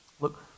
Look